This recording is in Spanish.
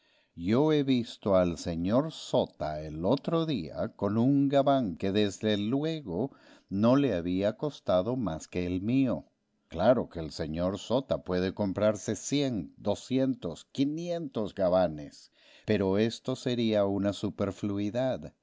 yo he visto al señor sota el otro día con un gabán que desde luego no le había costado mucho más que el mío claro que el señor sota puede comprarse cien doscientos quinientos gabanes pero esto sería una